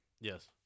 Yes